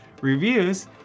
reviews